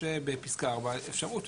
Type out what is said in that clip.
יש בפסקה 14 אפשרות.